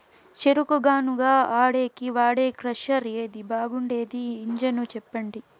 చెరుకు గానుగ ఆడేకి వాడే క్రషర్ ఏది బాగుండేది ఇంజను చెప్పండి?